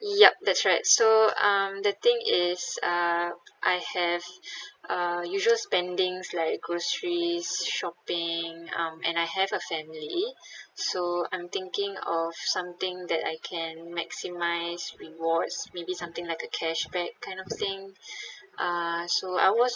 yup that's right so um the thing is uh I have uh usual spendings like groceries shopping um and I have a family so I'm thinking of something that I can maximise rewards maybe something like a cashback kind of thing uh so I was